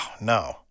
no